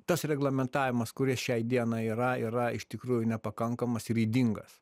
tas reglamentavimas kuris šiai dienai yra yra iš tikrųjų nepakankamas ir ydingas